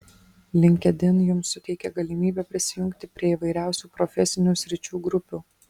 linkedin jums suteikia galimybę prisijungti prie įvairiausių profesinių sričių grupių